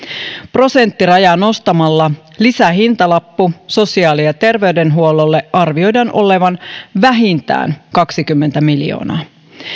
prosenttirajaa nostamalla lisähintalapun sosiaali ja terveydenhuollolle arvioidaan olevan vähintään kaksikymmentä miljoonaa